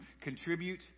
contribute